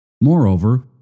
Moreover